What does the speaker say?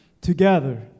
together